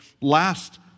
last